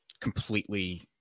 completely –